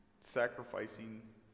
sacrificing